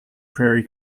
prairie